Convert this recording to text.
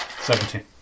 Seventeen